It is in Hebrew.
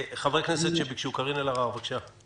חברי כנסת שביקשו לדבר, קארין אלהרר, בבקשה.